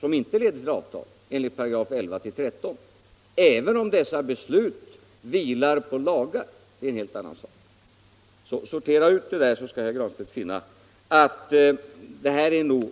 som inte leder till avtal enligt 11-13 §§— även om dessa beslut vilar på lagar. Sortera ut de begreppen, så skall herr Granstedt finna hur det ligger till.